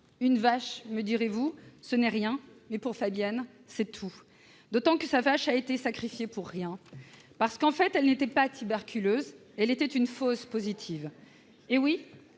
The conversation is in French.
Une vache, me direz-vous, ce n'est rien, mais pour Fabienne, c'est tout ! D'autant que sa vache a été sacrifiée pour rien, parce qu'en fait elle n'était pas tuberculeuse. Elle était une « fausse positive ». Eh oui,